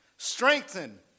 strengthen